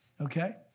okay